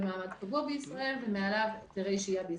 מעמד קבוע בישראל ומעליו היתרי שהייה בישראל.